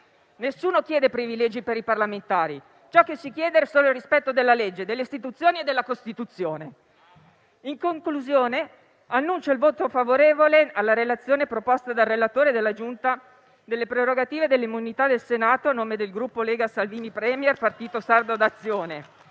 Nessuno chiede privilegi per i parlamentari; ciò che si chiede è solo il rispetto della legge, delle Istituzioni e della Costituzione. In conclusione, annuncio il voto favorevole alla proposta della Giunta delle elezioni e delle immunità parlamentari a nome del Gruppo Lega-Salvini Premier-Partito Sardo d'Azione.